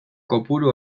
kopuru